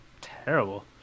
terrible